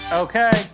okay